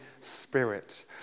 Spirit